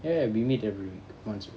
ya ya we meet every week once a week